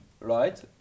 right